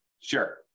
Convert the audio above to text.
Sure